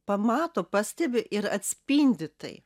pamato pastebi ir atspindi tai